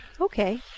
Okay